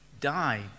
die